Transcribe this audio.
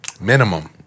minimum